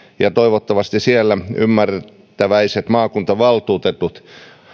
ja toivottavasti siellä ymmärtäväiset maakuntavaltuutetut